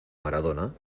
maradona